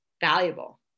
valuable